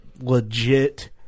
legit